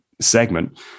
segment